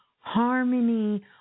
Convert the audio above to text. harmony